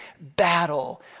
battle